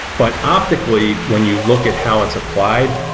but optically, when you look at how it's applied,